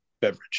beverage